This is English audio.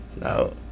No